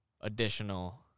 additional